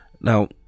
Now